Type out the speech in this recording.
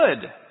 good